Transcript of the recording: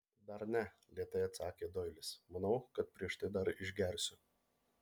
dar ne lėtai atsakė doilis manau kad prieš tai dar išgersiu